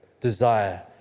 desire